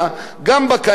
גם בקור,